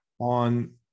on